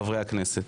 חברי הכנסת.